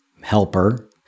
helper